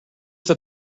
that